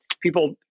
people